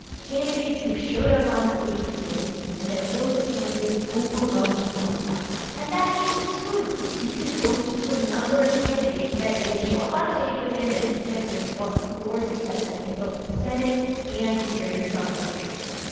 candidates who showed up on stage with him and that those candidates overwhelmingly won last night. and that is true. you can point to a number of candidates that did show up on stage with him that he campaigned for who were successful in both the senate and in various governor's races.